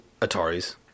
Ataris